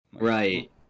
Right